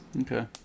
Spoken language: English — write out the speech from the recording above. Okay